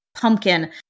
pumpkin